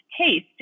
taste